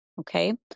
okay